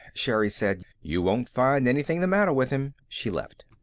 sherri said. you won't find anything the matter with him. she left.